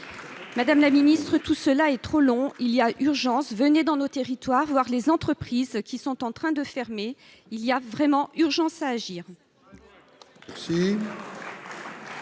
Madame la ministre, tout cela est trop long. Venez dans nos territoires voir les entreprises qui sont en train de fermer. Il est urgent d'agir